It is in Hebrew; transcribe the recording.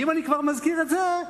ואם אני כבר מזכיר את זה,